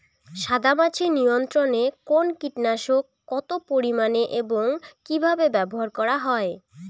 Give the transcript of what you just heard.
সাদামাছি নিয়ন্ত্রণে কোন কীটনাশক কত পরিমাণে এবং কীভাবে ব্যবহার করা হয়?